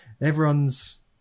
Everyone's